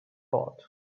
thought